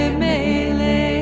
mele